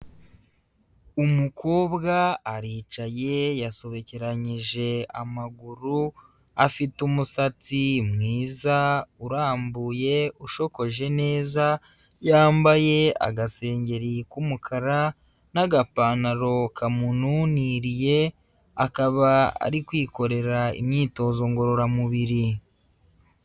Umukobwa aricaye yasobekeranyije, amaguru afite umusatsi mwiza urambuye ushokoje neza, yambaye agasengeri k'umukara n'agapantaro kamuniriye, akaba ari kwikorera imyitozo ngororamubiri.